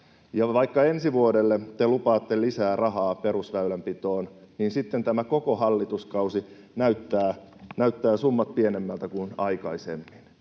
Vaikka ensi vuodelle te lupaatte lisää rahaa perusväylänpitoon, niin tällä koko hallituskaudella summat näyttävät pienemmiltä kuin aikaisemmin.